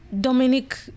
Dominic